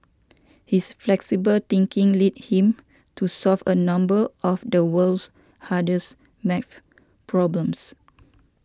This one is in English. his flexible thinking led him to solve a number of the world's hardest math problems